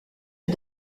est